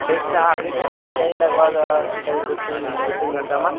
ठीक छौ आबि रहल छिऔ यहि लगभग की कहै छै दू तीन दू तीन घण्टामे